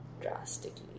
drastically